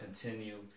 continue